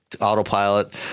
Autopilot